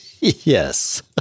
yes